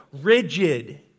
rigid